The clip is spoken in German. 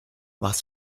warst